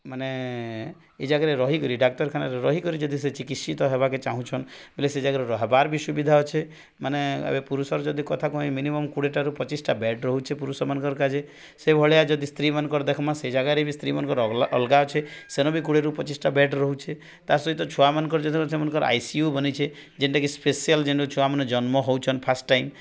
ମାନେ ଏଇ ଜାଗାରେ ରହିକରି ଡାକ୍ତରଖାନାରେ ରହିକରି ଯଦି ସେ ଚିକିତ୍ସିତ ହେବାକୁ ଚାହୁଁଛନ୍ତି ବୋଲେ ସେ ଜାଗାରେ ହେବାର ବି ସୁବିଧା ଅଛି ମାନେ ଏବେ ପୁରୁଷର ଯଦି କଥା କହେ ମିନିମମ୍ କୋଡ଼ିଏଟାରୁ ପଚିଶଟା ବେଡ୍ ରହୁଛି ପୁରୁଷମାନଙ୍କର ସେହିଭଳିଆ ଯଦି ସ୍ତ୍ରୀମାନଙ୍କର ଦେଖିବା ସେ ଜାଗାରେ ବି ସ୍ତ୍ରୀମାନଙ୍କର ଅଲଗା ଅଲଗା ଅଛି ସେଠି ବି କୋଡ଼ିଏରୁ ପଚିଶଟା ବେଡ୍ ରହୁଛି ତା' ସହିତ ଛୁଆମାନଙ୍କର ଯେବେ ସେମାନଙ୍କର ଆଇ ସି ୟୁ କଲେ ଯେଉଁଟାକି ସ୍ପେଶିଆଲ୍ ଯେ ଛୁଆମାନେ ଜନ୍ମ ହେଉଛନ୍ତି ଫାଷ୍ଟ ଟାଇମ୍